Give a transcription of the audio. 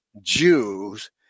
Jews